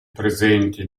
presente